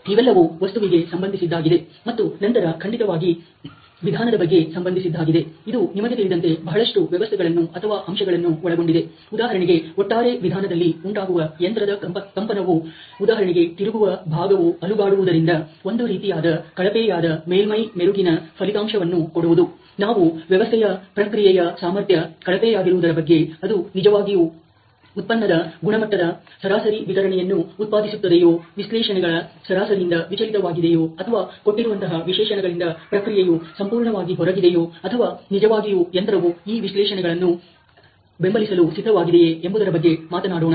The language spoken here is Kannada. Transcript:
ಇವೆಲ್ಲವೂ ವಸ್ತುವಿಗೆ ಸಂಬಂಧಿಸಿದ್ದಾಗಿದೆ ಮತ್ತು ನಂತರ ಖಂಡಿತವಾಗಿ ವಿಧಾನದ ಬಗ್ಗೆ ಸಂಬಂಧಿಸಿದ್ದಾಗಿದೆ ಇದು ನಿಮಗೆ ತಿಳಿದಂತೆ ಬಹಳಷ್ಟು ವ್ಯವಸ್ಥೆಗಳನ್ನು ಅಥವಾ ಅಂಶಗಳನ್ನು ಒಳಗೊಂಡಿದೆ ಉದಾಹರಣೆಗೆ ಒಟ್ಟಾರೆ ವಿಧಾನದಲ್ಲಿ ಉಂಟಾಗುವ ಯಂತ್ರದ ಕಂಪನವು ಉದಾಹರಣೆಗೆ ತಿರುಗುವ ಭಾಗವು ಅಲುಗಾಡುವುದರಿಂದ ಒಂದು ರೀತಿಯಾದ ಕಳಪೆಯಾದ ಮೇಲ್ಮೈ ಮೆರುಗಿನ ಫಲಿತಾಂಶವನ್ನು ಕೊಡುವುದು ನಾವು ವ್ಯವಸ್ಥೆಯ ಪ್ರಕ್ರಿಯೆಯ ಸಾಮರ್ಥ್ಯ ಕಳಪೆಯಾಗಿರುವುದರ ಬಗ್ಗೆ ಅದು ನಿಜವಾಗಿಯೂ ಉತ್ಪನ್ನದ ಗುಣಮಟ್ಟದ ಸರಾಸರಿ ವಿತರಣೆಯನ್ನು ಉತ್ಪಾದಿಸುತ್ತದೆಯೋ ವಿಶೇಷಣಗಳ ಸರಾಸರಿಯಿಂದ ವಿಚಲಿತವಾಗಿದೆಯೋ ಅಥವಾ ಕೊಟ್ಟಿರುವಂತಹ ವಿಶೇಷಣಗಳಿಂದ ಪ್ರಕ್ರಿಯೆಯು ಸಂಪೂರ್ಣವಾಗಿ ಹೊರಗಿದೆಯೋ ಅಥವಾ ನಿಜವಾಗಿಯೂ ಯಂತ್ರವು ಈ ವಿಶೇಷಣಗಳನ್ನು ಬೆಂಬಲಿಸಲು ಸಿದ್ಧವಾಗಿದೆಯೇ ಎಂಬುದರ ಬಗ್ಗೆ ಮಾತನಾಡೋಣ